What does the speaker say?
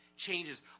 changes